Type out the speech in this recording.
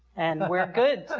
and we're good.